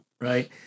right